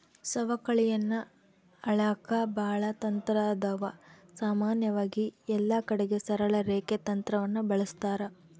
ಸವಕಳಿಯನ್ನ ಅಳೆಕ ಬಾಳ ತಂತ್ರಾದವ, ಸಾಮಾನ್ಯವಾಗಿ ಎಲ್ಲಕಡಿಗೆ ಸರಳ ರೇಖೆ ತಂತ್ರವನ್ನ ಬಳಸ್ತಾರ